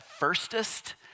firstest